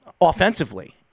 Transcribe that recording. Offensively